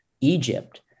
Egypt